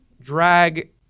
drag